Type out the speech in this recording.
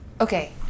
Okay